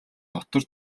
дотор